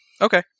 Okay